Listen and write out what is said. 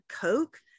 coke